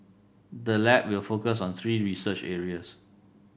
the lab will focus on three research areas